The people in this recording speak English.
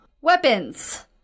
weapons